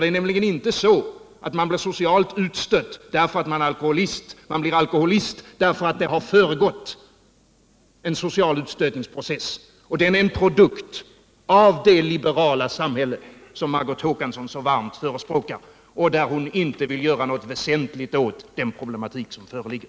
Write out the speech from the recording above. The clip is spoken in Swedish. Det är nämligen inte så att man blir socialt utstött därför att man är alkoholist. Man blir alkoholist därför att en social utstötningsprocess har föregått. Och den processen är en produkt av det liberala samhälle som Margot Håkansson så varmt förespråkar och där hon inte vill göra något väsentligt åt den problematik som föreligger.